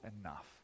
enough